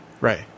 right